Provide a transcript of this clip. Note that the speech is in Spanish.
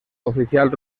oficial